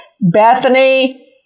Bethany